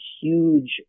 huge